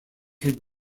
had